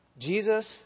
Jesus